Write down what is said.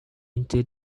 into